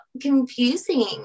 confusing